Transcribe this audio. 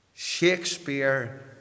Shakespeare